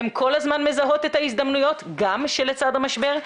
הן כל הזמן מזהות את ההזדמנויות, גם שלצד המשבר.